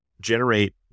generate